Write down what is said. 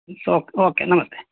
oak okay ನಮಸ್ತೆ